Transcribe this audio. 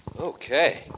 Okay